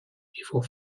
before